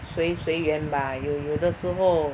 随随缘吧有有的时候